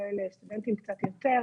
כולל סטודנטים קצת יותר.